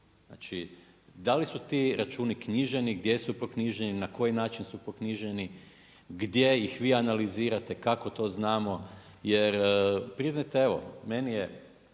Znači da li su ti računi knjiženi, gdje su proknjiženi, na koji način su proknjiženi, gdje ih vi analizirate, kako to znamo, jer priznajte evo, meni je